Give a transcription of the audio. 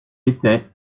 était